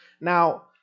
now